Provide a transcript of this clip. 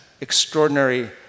extraordinary